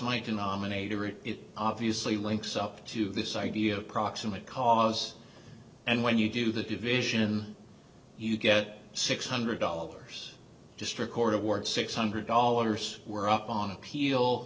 my denominator it obviously links up to this idea of proximate cause and when you do the division you get six hundred dollars just record of words six hundred dollars were up on appeal